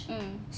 mm